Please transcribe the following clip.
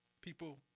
people